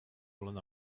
fallen